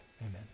amen